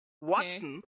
Watson